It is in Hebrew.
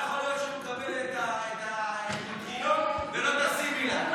לא יכול להיות שהוא מקבל את הנוטרילון ולא את הסימילאק.